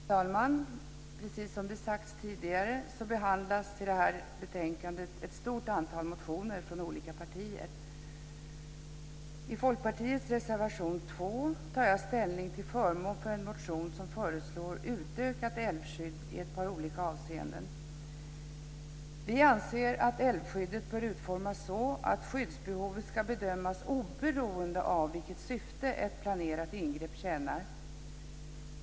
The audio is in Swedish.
Fru talman! Precis som sagts tidigare behandlas i det här betänkandet ett stort antal motioner från olika partier. I Folkpartiets reservation 2 tar jag ställning till förmån för en motion som föreslår utökat älvskydd i ett par olika avseenden: Vi anser att älvskyddet bör utformas så att skyddsbehovet ska bedömas oberoende av vilket syfte ett planerat ingrepp tjänar.